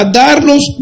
darlos